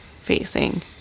facing